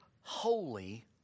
holy